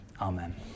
Amen